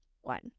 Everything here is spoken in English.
one